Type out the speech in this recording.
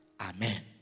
Amen